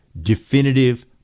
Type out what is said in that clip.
definitive